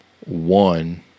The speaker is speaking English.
One